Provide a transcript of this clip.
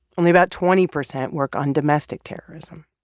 only about twenty percent work on domestic terrorism.